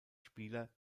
spieler